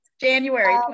January